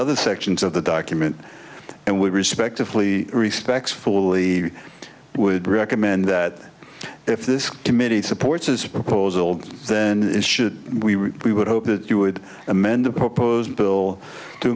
other sections of the document and we respectively respects fully would recommend that if this committee supports as a proposal then is should we we would hope that you would amend the proposed bill to